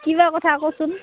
কিবা কথা কচোন